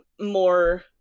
more